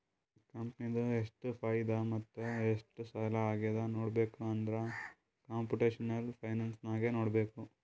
ಕಂಪನಿದು ಎಷ್ಟ್ ಫೈದಾ ಮತ್ತ ಎಷ್ಟ್ ಲಾಸ್ ಆಗ್ಯಾದ್ ನೋಡ್ಬೇಕ್ ಅಂದುರ್ ಕಂಪುಟೇಷನಲ್ ಫೈನಾನ್ಸ್ ನಾಗೆ ನೋಡ್ಬೇಕ್